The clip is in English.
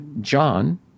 John